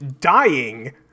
dying